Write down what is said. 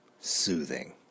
soothing